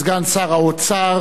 סגן שר האוצר,